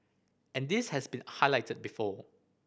and this has been highlighted before